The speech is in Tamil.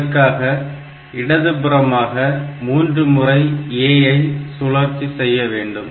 இதற்காக இடதுபுறமாக மூன்று முறை A ஐ சூழ்ச்சி செய்ய வேண்டும்